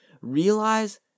realize